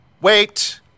Wait